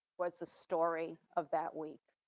was the story of that week.